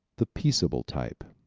the peaceable type